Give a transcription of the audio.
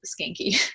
skanky